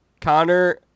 Connor